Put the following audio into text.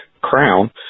crown